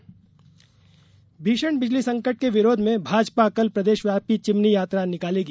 भाजपा चिमनी यात्रा भीषण बिजली संकट के विरोध में भाजपा कल प्रदेशव्यापी चिमनी यात्रा निकालेगी